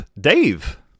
Dave